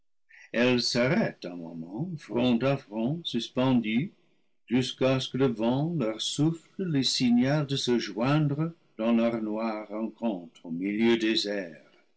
à front suspendues jusqu'à ce que le vent leur souffle le signal de se joindre dans leur noire rencontre au milieu des airs